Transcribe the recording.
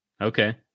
Okay